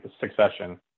succession